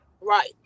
Right